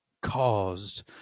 caused